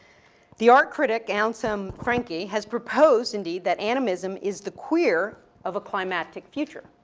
the art critic anselm franke has proposed, indeed, that animism is the queer of a climactic future.